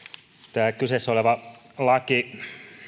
kyseessä oleva laki